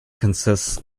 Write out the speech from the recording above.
consists